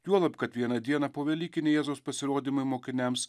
juolab kad vieną dieną povelykiniai jėzaus pasirodymai mokiniams